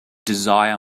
desire